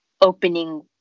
opening